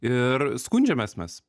ir skundžiamės mes